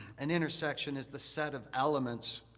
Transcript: an intersection is the set of elements